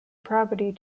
property